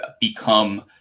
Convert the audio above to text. become